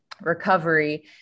recovery